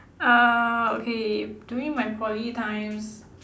uh okay during my poly times